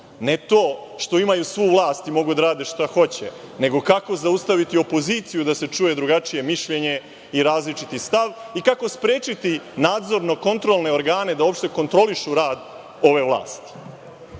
ne to što imaju svu vlast i mogu da rade šta hoće, nego kako zaustaviti opoziciju da se čuje drugačije mišljenje i različiti stav i kako sprečiti nadzorno-kontrolne organe da uopšte kontrolišu rad ove vlasti. Zato